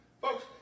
Folks